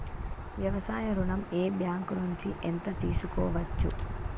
వ్యవసాయ ఋణం ఏ బ్యాంక్ నుంచి ఎంత తీసుకోవచ్చు?